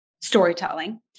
storytelling